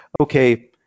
okay